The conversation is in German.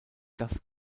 das